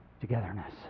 Togetherness